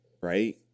right